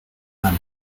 منه